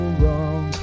wrong